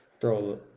Throw